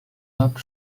not